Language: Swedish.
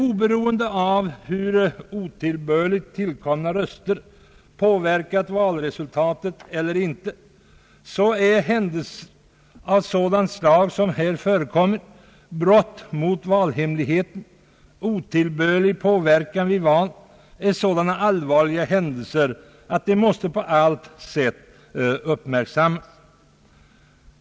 Oberoende av hur otillbörligt tillkomna röster påverkat valresultatet är händelser av sådant slag som här har förekommit brott mot valhemligheten. Otillbörlig påverkan vid val är en sådan allvarlig händelse, att den måste på allt sätt uppmärksammas.